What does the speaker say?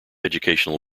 educational